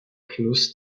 fluss